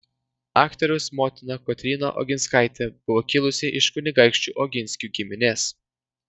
aktoriaus motina kotryna oginskaitė buvo kilusi iš kunigaikščių oginskių giminės